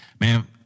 man